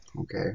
Okay